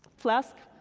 flask?